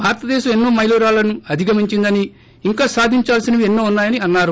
భారతదేశం ఎన్నో మైలురాళ్లను అధిగమించిందని ఇంకా సాధించాల్సినవి ఎన్నో ఉన్నాయని అన్నారు